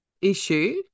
issue